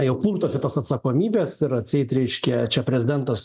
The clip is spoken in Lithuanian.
jau purtosi tos atsakomybės ir atseit reiškia čia prezidentas